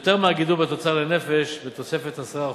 יותר מהגידול בתוצר לנפש בתוספת 10%,